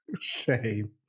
Shame